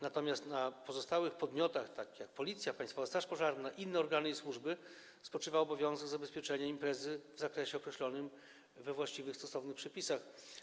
Natomiast na pozostałych podmiotach, takich jak Policja, Państwowa Straż Pożarna, inne ograny i służby, spoczywa obowiązek zabezpieczenia imprezy w zakresie określonym we właściwych, stosownych przepisach.